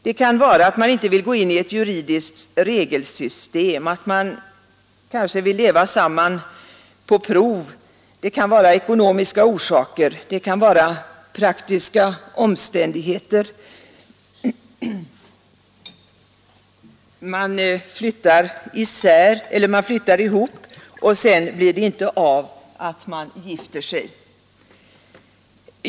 Det kan vara att man inte vill gå in i ett juridiskt regelsystem och att man kanske vill leva samman ”på prov”, det kan vara ekonomiska orsaker, det kan vara praktiska omständigheter: man flyttar ihop och sedan blir det inte av att man gifter sig.